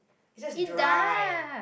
it's just dry